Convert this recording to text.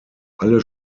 alle